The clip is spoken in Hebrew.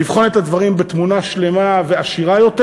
לבחון את הדברים בתמונה שלמה ועשירה יותר.